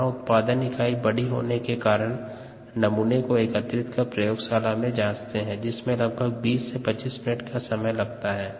यहाँ उत्पादन इकाई बड़ी होने के कारण नमूने को एकत्रित कर प्रयोगशाला में जांचते है जिसमे लगभग 20 से 25 मिनट समय लगता है